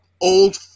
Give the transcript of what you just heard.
old